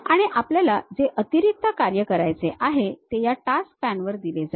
आणि आपल्याला जे अतिरिक्त कार्य करायचे आहे ते या टास्क पॅनवर दिले जाईल